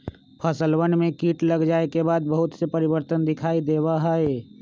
फसलवन में कीट लग जाये के बाद बहुत से परिवर्तन दिखाई देवा हई